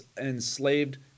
enslaved